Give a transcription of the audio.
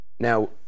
Now